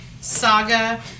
saga